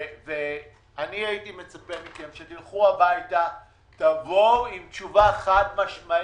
אני הייתי מצפה מכם שתלכו הביתה ותבואו עם תשובה חד-משמעית.